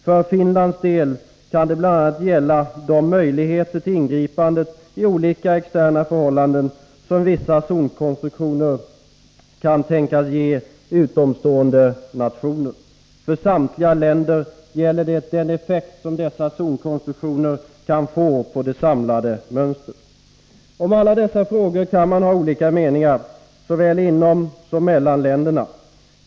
För Finland kan det bl.a. gälla de möjligheter till ingripande i olika externa förhållanden som vissa zonkonstruktioner kan tänkas ge utomstående nationer. För samtliga länder gäller det den effekt som olika zonkonstruktioner kan få på det samlade mönstret. Om alla dessa frågor kan man ha olika meningar — såväl inom som mellan länderna.